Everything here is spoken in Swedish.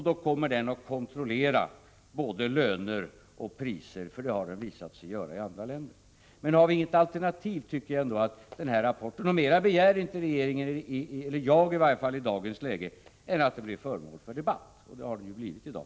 Då kommer den att kontrollera både löner och priser, det har den visat sig göra i andra länder. Men har vi inget alternativ tycker jag ändå att den här rapporten — mera begär jag inte i dag — kan bli föremål för debatt. Och det har den, herr talman, blivit i dag.